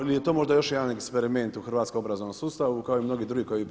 Ili je to možda još jedan eksperiment u hrvatskom obrazovnom sustavu kao i mnogi drugi koje provodite?